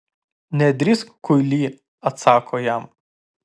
nedrįsk kuily atsako jam